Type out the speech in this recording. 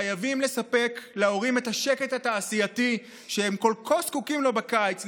חייבים לספק להורים את השקט התעשייתי שהם כל כך זקוקים לו בקיץ,